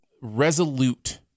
resolute